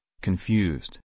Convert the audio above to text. confused